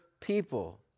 people